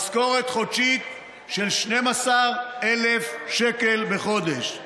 משכורת חודשית של 12,000 שקל בחודש.